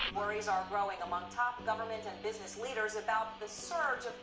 worries are growing among top government and business leaders about the surge